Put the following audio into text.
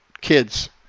kids